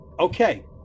okay